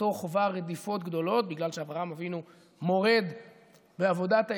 משפחתו חווה רדיפות גדולות בגלל שאברהם אבינו מורד בעבודת האלילים,